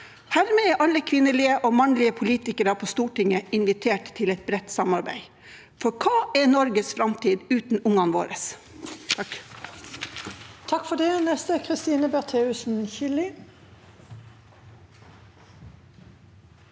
Hermed er alle kvinnelige og mannlige politikere på Stortinget invitert til et bredt samarbeid. For hva er Norges framtid uten ungene våre? Christine Bertheussen Killie